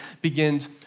begins